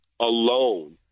alone